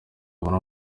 abone